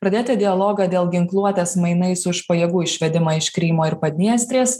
pradėti dialogą dėl ginkluotės mainais už pajėgų išvedimą iš krymo ir padniestrės